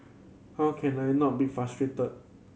how can I not be frustrated